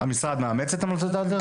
המשרד מאמץ את המלצות אדלר?